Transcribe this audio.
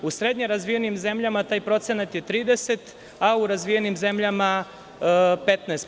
U srednje razvijenim zemljama taj procenat je 30%, a u razvijenim zemljama je 15%